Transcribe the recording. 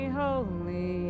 holy